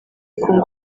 kunga